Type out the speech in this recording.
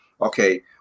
okay